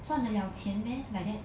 赚得了钱 meh like that